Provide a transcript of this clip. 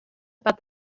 about